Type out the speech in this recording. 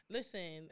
Listen